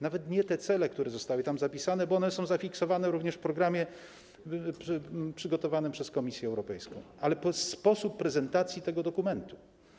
Nawet nie te cele, które zostały tam zapisane, bo one są zafiksowane również w programie przygotowanym przez Komisję Europejską, ale sposób prezentacji tego dokumentu.